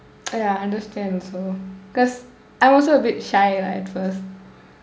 ah ya understand also cause I'm also a bit shy lah at first